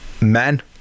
men